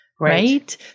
right